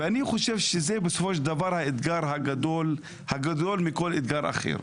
אני חושב שזה בסופו של דבר האתגר הגדול מכל אתגר אחר.